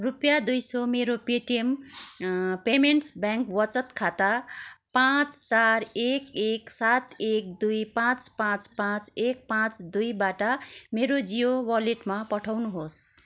रुपियाँ दुई सौ मेरो पेटीएम पेमेन्ट्स ब्याङ्क वचत खाता पाँच चार एक एक सात एक दुई पाँच पाँच पाँच एक पाँच दुईबाट मेरो जियो वालेटमा पठाउनुहोस्